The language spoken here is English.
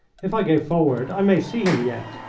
if i go forward i may see him yet.